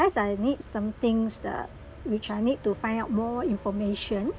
I need somethings the which I need to find out more information